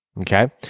Okay